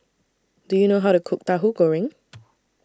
Do YOU know How to Cook Tahu Goreng